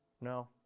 No